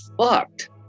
fucked